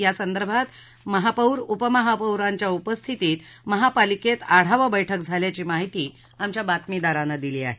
यासंर्दभात महापौर उपमहापौरांच्या उपस्थितीत महापालिकेत आढावा बैठक झाल्याची माहिती आमच्या बातमीदारानं दिली आहे